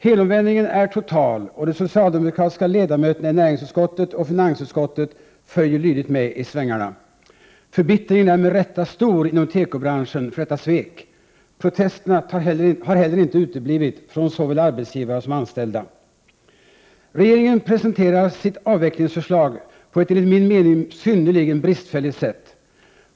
Helomvändningen är total, och de socialdemokratiska ledamöterna i näringsutskottet och finansutskottet följer lydigt med i svängarna. Förbittringen är med rätta stor inom tekobranschen för detta svek. Protesterna har heller inte uteblivit från såväl arbetsgivare som anställda. Regeringen presenterar sitt avvecklingsförslag på ett enligt min mening synnerligen bristfälligt sätt.